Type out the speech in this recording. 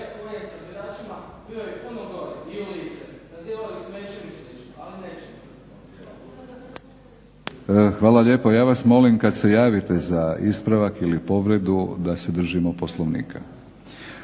Hvala lijepo. Ja vas molim kad se javite za ispravak ili povredu da se držimo Poslovnika.